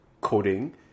coding